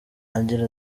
agira